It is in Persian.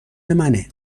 منه